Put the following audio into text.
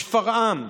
בשפרעם,